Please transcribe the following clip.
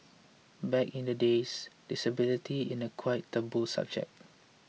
back in the days disability in a quite taboo subject